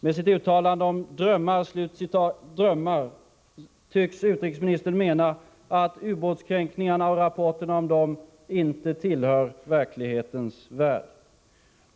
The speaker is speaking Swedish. Med sitt uttalande om ”drömmar” tycks utrikesministern mena att ubåtskränkningarna och rapporterna om dem inte tillhör verklighetens värld.